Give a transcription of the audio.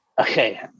Okay